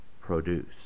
produce